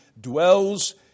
dwells